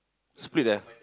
split eh